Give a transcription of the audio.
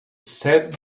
said